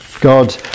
God